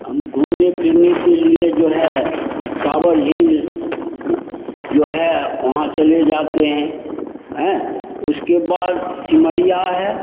हम घूमने फिरने के लिए जो है कांवर झील जो है वहाँ चले जाते हैं हाँ उसके बाद सिमरिया है